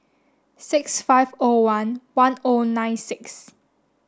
six five O one one O nine six